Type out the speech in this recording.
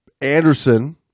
Anderson